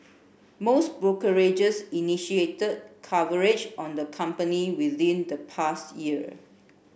most brokerages initiated coverage on the company within the past year